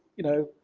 you know,